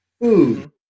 food